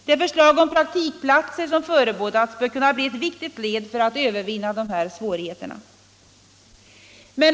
Det förslag om praktikplatser som förebådats bör kunna bli ett viktigt led för att övervinna dessa svårigheter.